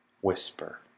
whisper